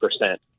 percent